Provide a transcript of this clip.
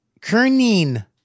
Kernin